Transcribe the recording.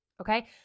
Okay